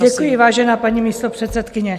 Děkuji, vážená paní místopředsedkyně.